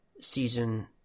season